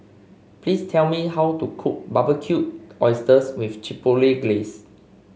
please tell me how to cook Barbecued Oysters with Chipotle Glaze